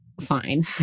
Fine